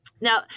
Now